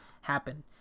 happen